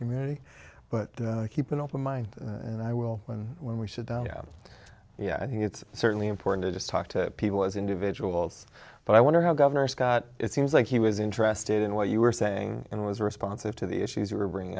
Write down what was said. community but keep an open mind and i will when when we should have yeah i think it's certainly important to just talk to people as individuals but i wonder how governor scott it seems like he was interested in what you were saying and was responsive to the issues you were bringing